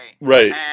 Right